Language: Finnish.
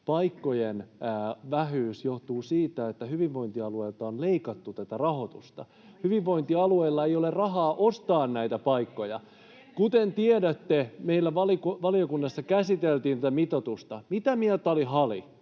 paikkojen vähyys johtuu siitä, että hyvinvointialueilta on leikattu tätä rahoitusta. Hyvinvointialueilla ei ole rahaa ostaa näitä paikkoja. [Krista Kiurun välihuuto — Mia Laiho: Ei se ollut silloin, se oli